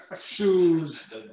shoes